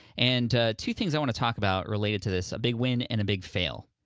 and two things i wanna talk about related to this, a big win and a big fail.